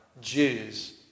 Jews